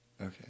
Okay